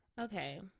okay